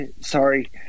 sorry